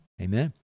Amen